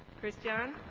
cristian?